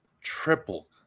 Triple